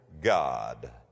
God